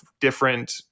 different